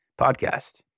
podcast